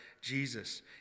Jesus